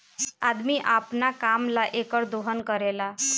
अदमी अपना काम ला एकर दोहन करेला